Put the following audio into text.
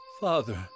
Father